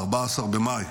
ב-14 במאי.